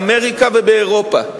באמריקה ובאירופה,